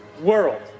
world